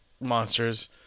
monsters